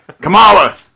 Kamala